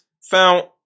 found